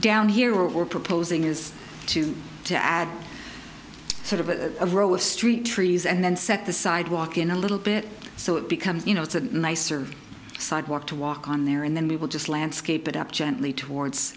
where we're proposing is to to add sort of a row of street trees and then set the sidewalk in a little bit so it becomes you know it's a nicer sidewalk to walk on there and then we will just landscape it up gently towards